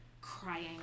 crying